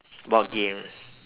board games